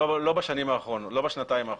לא בשנתיים האחרונות.